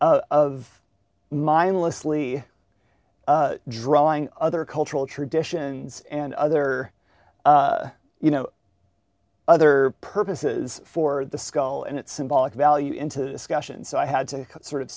of mindlessly drawing other cultural traditions and other you know other purposes for the skull and it's symbolic value into discussion so i had to sort of